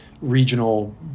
regional